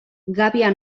gàbia